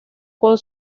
con